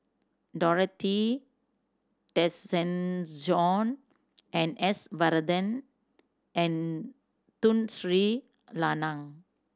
Dorothy Tessensohn and S Varathan and Tun Sri Lanang